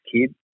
kid